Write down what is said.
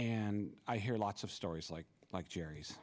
and i hear lots of stories like like jerry's